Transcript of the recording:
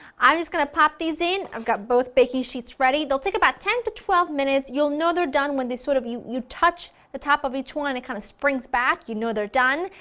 i'm just going to pop these in, i've got both baking sheets ready, they'll take about ten to twelve minutes, you'll know they're done when sort of you you touch the top of each one and it kind of springs back, you know they're done,